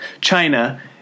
China